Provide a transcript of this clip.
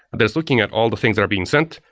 that's looking at all the things that are being sent,